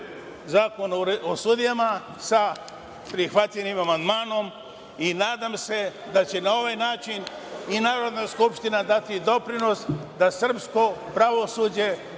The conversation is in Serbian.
Zakona o sudijama sa prihvaćenim amandmanom i nadam se da će na ovaj način i Narodna skupština dati doprinos da srpsko pravosuđe